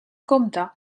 compte